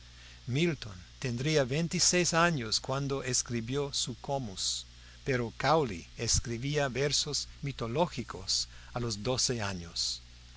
milton tendría veintiséis años cuando escribió su comus pero cowley escribía versos mitológicos a los doce años